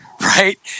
right